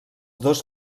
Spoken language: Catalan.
dos